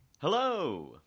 Hello